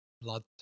blood